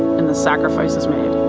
and the sacrifices made.